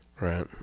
Right